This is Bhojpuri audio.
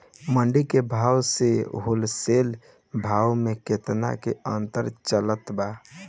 मंडी के भाव से होलसेल भाव मे केतना के अंतर चलत बा?